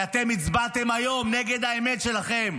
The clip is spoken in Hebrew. כי אתם הצבעתם היום נגד האמת שלכם.